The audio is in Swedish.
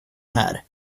här